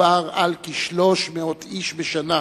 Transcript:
מדובר על כ-300 איש בשנה